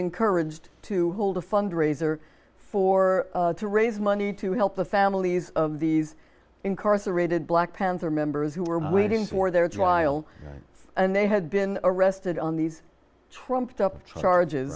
encouraged to hold a fundraiser for to raise money to help the families of these incarcerated black panther members who were waiting for their trial and they had been arrested on these trumped up